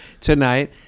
tonight